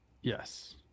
Yes